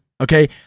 okay